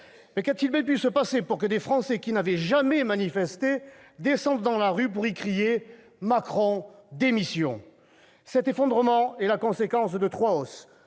Mais qu'a-t-il bien pu se passer pour que des Français qui n'avaient jamais manifesté descendent dans la rue, pour y crier « Macron démission !»? Cet effondrement est la conséquence de trois hausses